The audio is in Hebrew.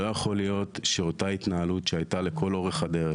לא יכול להיות שאותה התנהלות שהייתה לכל אורך הדרך,